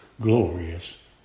glorious